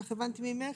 כך הבנתי ממך.